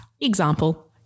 example